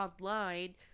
online